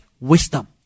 wisdom